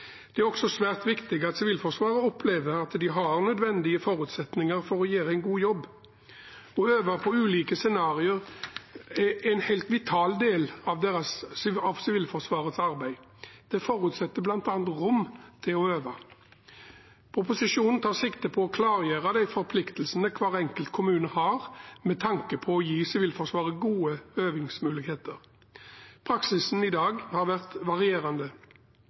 Det er også svært viktig at Sivilforsvaret opplever at de har nødvendige forutsetninger for å gjøre en god jobb. Å øve på ulike scenarioer er en helt vital del av Sivilforsvarets arbeid. Det forutsetter bl.a. rom til å øve. Proposisjonen tar sikte på å klargjøre de forpliktelsene hver enkelt kommune har, med tanke på å gi Sivilforsvaret gode øvingsmuligheter. Praksisen i dag har vært varierende.